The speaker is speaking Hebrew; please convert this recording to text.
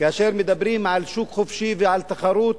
כאשר מדברים על שוק חופשי ועל תחרות,